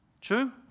True